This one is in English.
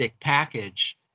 package